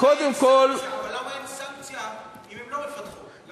למה אין סנקציה אם הן לא מפתחות?